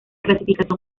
clasificación